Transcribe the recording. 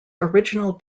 original